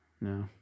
No